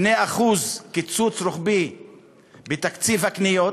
2% קיצוץ רוחבי בתקציב הקניות,